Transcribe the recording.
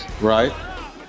Right